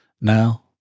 Now